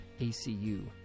ACU